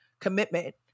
commitment